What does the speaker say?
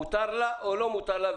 מותר לה או לא מותר לה?